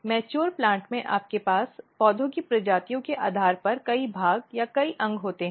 परिपक्व पौधों में आपके पास पौधे की प्रजातियों के आधार पर कई भाग या कई अंग होते हैं